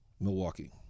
Milwaukee